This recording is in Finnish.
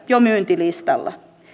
jo myyntilistalla